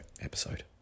episode